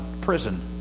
prison